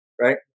right